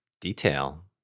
detail